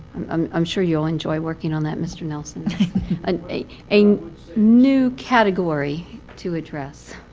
um i'm sure you'll enjoy working on that, mr. nelson ah a a new category to address.